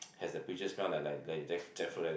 has the peaches smell like like like jackfruit like that